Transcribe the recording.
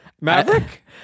Maverick